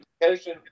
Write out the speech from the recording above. education